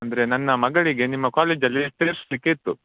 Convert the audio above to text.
ಅಂದರೆ ನನ್ನ ಮಗಳಿಗೆ ನಿಮ್ಮ ಕಾಲೇಜಲ್ಲಿ ಸೇರಿಸ್ಲಿಕ್ಕೆ ಇತ್ತು